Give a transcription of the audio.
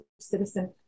citizen